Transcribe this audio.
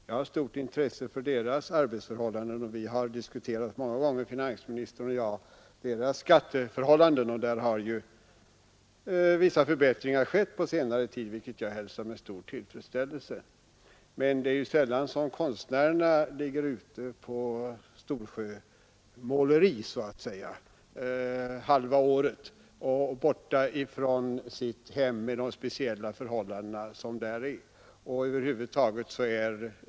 Jag har stort intresse för deras arbetsförhållanden, och finansministern och jag har många gånger diskuterat deras skatteförhållanden. Där har på senare tid vissa förbättringar skett, vilket jag hälsar med stor tillfredsställelse. Men det är sällan konstnärerna ligger ute på ”storsjömåleri” halva året och är borta från sina hem, med de speciella förhållanden det för med sig.